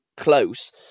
close